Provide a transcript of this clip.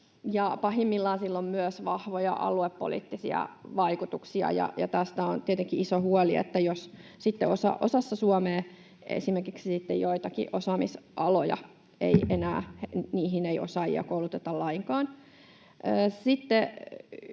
Pahimmillaan sillä on myös vahvoja aluepoliittisia vaikutuksia. Tästä on tietenkin iso huoli, jos sitten osassa Suomea esimerkiksi joihinkin osaamisaloihin ei enää osaajia kouluteta lainkaan.